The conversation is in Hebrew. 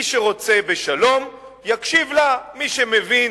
מי שרוצה בשלום יקשיב לה, מי שמבין